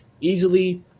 easily